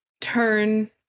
turn